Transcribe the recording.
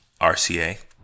RCA